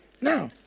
Now